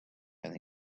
and